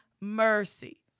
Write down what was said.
mercy